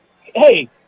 hey